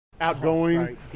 Outgoing